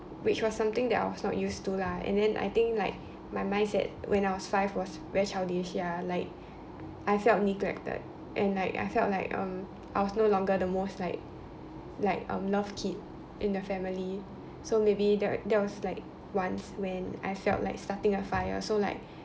which was something that I was not used to lah and then I think like my mindset when I was five was very childish ya like I felt neglected and like I felt like um I was no longer the most like like um loved kid in the family so maybe that was like once when I felt like starting a fire so like